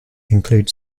include